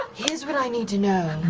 here's what i need to know.